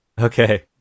Okay